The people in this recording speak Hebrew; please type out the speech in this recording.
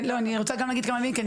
אני רוצה גם להגיד כמה מילים כי אני